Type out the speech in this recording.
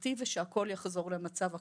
שתתחרטי ושהכל יחזור למצב הקודם".